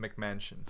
McMansion